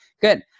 Good